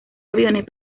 aviones